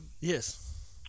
Yes